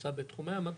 נמצא בתחומי המט"ש,